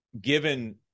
given